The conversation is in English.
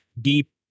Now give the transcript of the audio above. deep